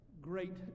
great